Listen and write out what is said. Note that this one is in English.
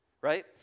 right